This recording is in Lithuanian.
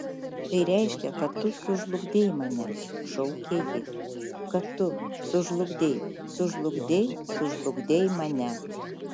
tai reiškia kad tu sužlugdei mane šaukė ji kad tu sužlugdei sužlugdei sužlugdei mane